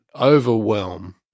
overwhelm